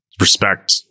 respect